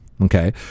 okay